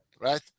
right